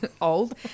Old